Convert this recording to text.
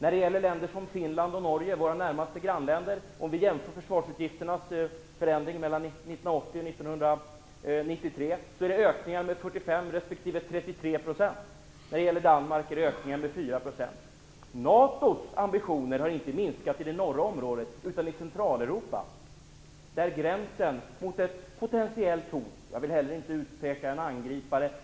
Om vi jämför förändringen i försvarsutgifter 1980-1993 för länder som Finland och Norge, våra närmast grannländer, har det där skett ökningar med 45 % respektive 33 %. I Danmark är det ökningar med 4 %. NATO:s ambitioner har inte minskat i det norra området, utan i Centraleuropa. Där finns gränsen mot ett potentiellt hot. Jag vill inte utpeka en angripare.